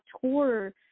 tour